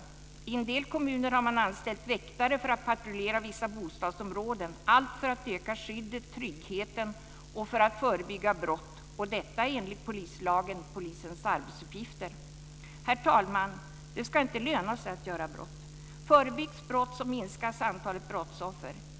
I en del kommuner har man anställt väktare för att patrullera vissa bostadsområden - allt för att öka skyddet och tryggheten och för att förebygga brott - och detta är enligt polislagen polisens arbetsuppgifter. Herr talman! Det ska inte löna sig att begå brott. Förebyggs brott så minskas antalet brottsoffer.